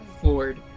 floored